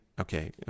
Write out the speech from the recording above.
Okay